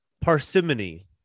parsimony